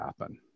happen